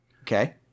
Okay